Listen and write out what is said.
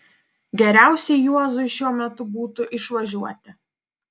geriausiai juozui šiuo metu būtų išvažiuoti